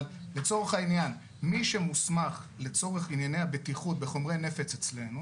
אבל לצורך העניין מי שמוסמך לצורך ענייני הבטיחות וחומרי נפץ אצלנו